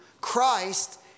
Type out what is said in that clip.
Christ